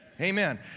Amen